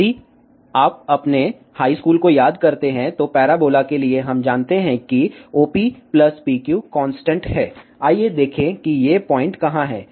यदि आप अपने हाई स्कूल को याद करते हैं तो पैराबोला के लिए हम जानते हैं कि OP PQ कांस्टेंट है आइए देखें कि ये पॉइंट कहाँ हैं